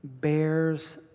bears